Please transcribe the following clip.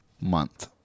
month